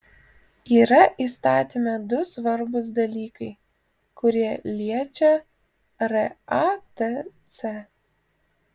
yra įstatyme du svarbūs dalykai kurie liečia ratc